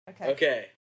Okay